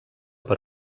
per